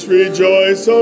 rejoice